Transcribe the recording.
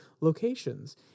locations